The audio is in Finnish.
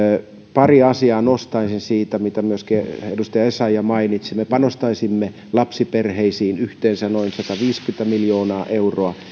pari asiaa nostaisin siitä mitkä myöskin edustaja essayah mainitsi me panostaisimme lapsiperheisiin yhteensä noin sataviisikymmentä miljoonaa euroa